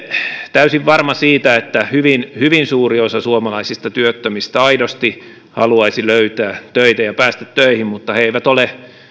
täysin varma siitä että hyvin hyvin suuri osa suomalaisista työttömistä aidosti haluaisi löytää töitä ja päästä töihin mutta he eivät ole